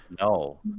No